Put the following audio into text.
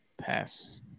Pass